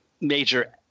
major